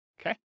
Okay